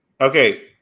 Okay